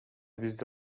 бизди